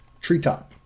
treetop